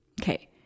Okay